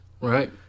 Right